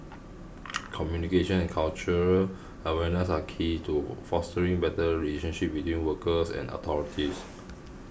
communication and cultural awareness are key to fostering better relationship between workers and authorities